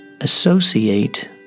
associate